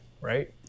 right